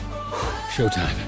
showtime